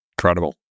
Incredible